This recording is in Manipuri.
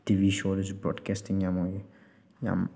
ꯇꯤ ꯕꯤ ꯁꯣꯗꯁꯨ ꯄ꯭ꯔꯣꯗꯀꯥꯁꯇꯤꯡ ꯌꯥꯝꯂꯛꯏ ꯌꯥꯝ